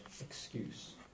excuse